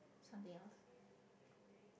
something else